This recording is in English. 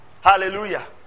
Hallelujah